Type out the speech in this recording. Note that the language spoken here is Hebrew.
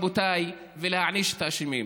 ולהעניש, רבותיי, להעניש את האשמים.